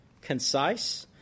concise